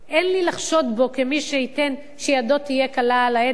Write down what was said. אין לי לחשוד בו כמי שידו תהיה קלה על ההדק,